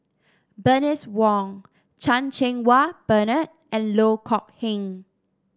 Bernice Wong Chan Cheng Wah Bernard and Loh Kok Heng